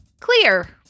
Clear